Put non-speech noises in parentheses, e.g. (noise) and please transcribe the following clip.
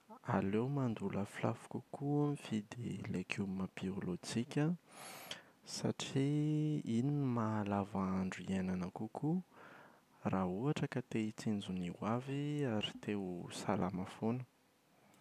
Aleo mandoa lafolafo kokoa mividy legioma biolojika satria (hesitation) iny no mahalava andro hiainana kokoa raha ohatra ka te hitsinjo ny ho avy (hesitation) ary te ho salama foana.